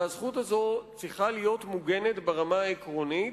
והזכות הזאת צריכה להיות מוגנת ברמה העקרונית,